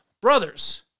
brothers